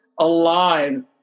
alive